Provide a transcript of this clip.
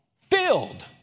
filled